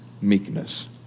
meekness